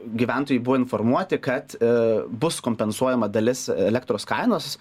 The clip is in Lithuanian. gyventojai buvo informuoti kad bus kompensuojama dalis elektros kainos